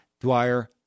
Dwyer